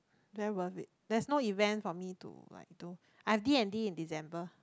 very worth it there's no event for me to like do ah D-and-D in December